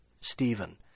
Stephen